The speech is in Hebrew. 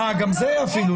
גם זה אפילו לא.